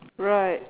right